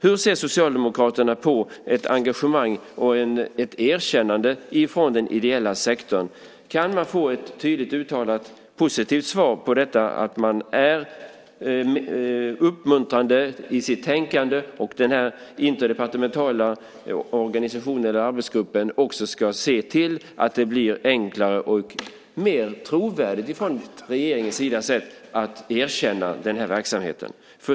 Hur ser Socialdemokraterna på ett engagemang och ett erkännande från den ideella sektorn? Kan man få ett tydligt uttalat positivt svar på detta - att man är uppmuntrande i sitt tänkande? Ska den interdepartementala organisationen eller arbetsgruppen se till att det blir enklare och mer trovärdigt från regeringens sida sett att erkänna verksamheten?